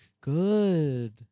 Good